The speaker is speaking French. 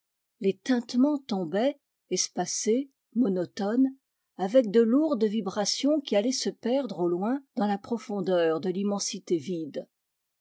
les tintements tombaient espacés monotones avec de lourdes vibrations qui allaient se perdre au loin dans la profondeur de l'immensité vide